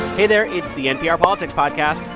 hey there. it's the npr politics podcast.